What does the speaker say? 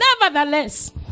nevertheless